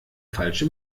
falsche